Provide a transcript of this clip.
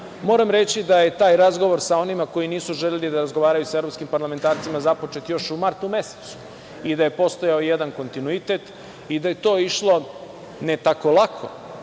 reći da je taj razgovor sa onima koji nisu želeli da razgovaraju sa evropskim parlamentarcima započet još u martu mesecu i da je postojao jedan kontinuitet i da je to išlo ne tako lako,